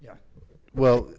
yeah well